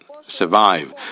survive